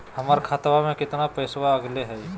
हमर खतवा में कितना पैसवा अगले हई?